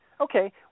Okay